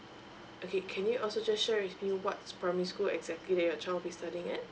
okay can you also just share with me what primary school exactly that your child be studying at